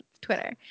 Twitter